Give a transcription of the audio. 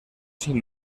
sin